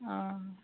অঁ